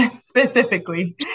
specifically